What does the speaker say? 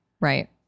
Right